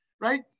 right